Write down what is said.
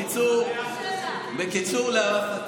אני בעד